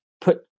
put